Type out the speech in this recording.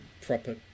proper